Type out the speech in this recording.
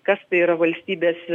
kas tai yra valstybės